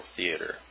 Theater